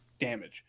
damage